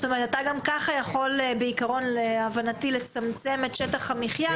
אתה גם ככה יכול בעיקרון לצמצם את שטח המחייה,